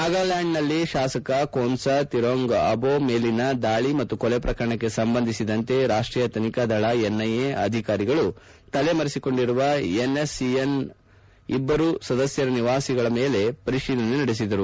ನಾಗಾಲ್ಲಾಂಡ್ನಲ್ಲಿ ಶಾಸಕ ಬೋನ್ಸಾ ತಿರೋಂಗ್ ಅಭೋ ಮೇಲಿನ ದಾಳಿ ಮತ್ತು ಕೊಲೆ ಪ್ರಕರಣಕ್ಕೆ ಸಂಬಂಧಿಸಿದಂತೆ ರಾಷ್ಲೀಯ ತನಿಖಾ ದಳ ಎನ್ಐಎ ಅಧಿಕಾರಿಗಳು ತಲೆಮರೆಸಿಕೊಂಡಿರುವ ಎನ್ಎಸ್ಸಿಎನ್ಐಎಂನ ಇಬ್ಲರು ಸದಸ್ನರ ನಿವಾಸಿಗಳ ಪರಿಶೀಲನೆ ನಡೆಸಿದರು